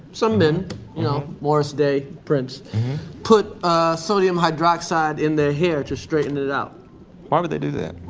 some men, you know morris day, prince put ah sodium hydroxide in their hair to straighten it out why would they do that?